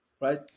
right